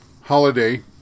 holiday